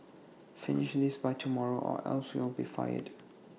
finish this by tomorrow or else you'll be fired